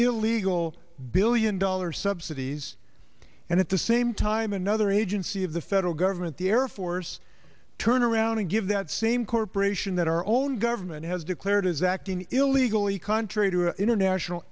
illegal billion dollar subsidies and at the same time another agency of the federal government the air force turn around and give that same corporation that our own government has declared is acting illegally contrary to international